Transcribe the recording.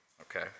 okay